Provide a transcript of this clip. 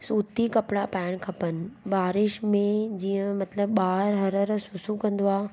सूती कपिड़ा पाइणु खपनि बारिश में जीअं मतिलबु ॿार हर हर सुसु कंदो आहे